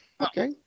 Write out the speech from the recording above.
Okay